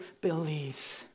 believes